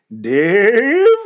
Dave